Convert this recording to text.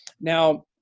Now